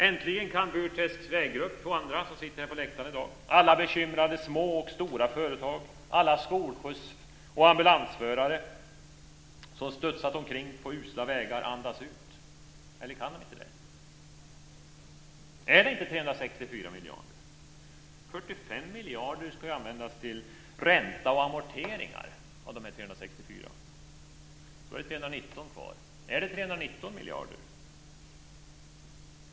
Äntligen kan Burträsks väggrupp och andra som sitter här på läktaren i dag, alla bekymrade små och stora företag, alla skolskjuts och ambulansförare som studsat omkring på usla vägar andas ut. Eller kan de inte det? Är det inte 364 miljarder? 45 miljarder ska användas till ränta och amorteringar av de 364 miljarderna. Då är det 319 kvar. Är det 319 miljarder?